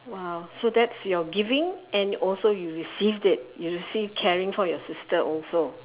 !wow! so that's your giving and also you received it you receive caring for your sister also